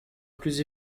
plus